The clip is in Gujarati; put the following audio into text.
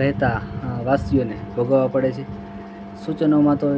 રહેતા વાસીઓને ભોગવવા પડે છે સૂચનોમાં તો